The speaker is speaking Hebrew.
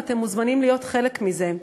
ואתם מוזמנים להיות חלק מזה.